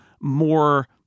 more –